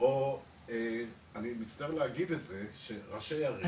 או אני מצטער להגיד את זה שראשי ערים משתמשים.